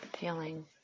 feeling